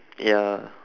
ya